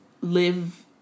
live